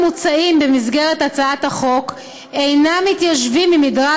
המוצעים במסגרת הצעת החוק אינם מתיישבים עם מדרג